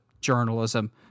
journalism